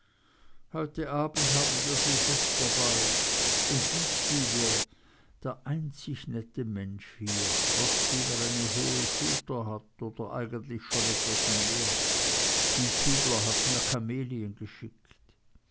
heute abend haben wir silvesterball und gieshübler der einzige nette mensch hier trotzdem er eine hohe schulter hat oder eigentlich schon etwas mehr gieshübler hat mir kamelien geschickt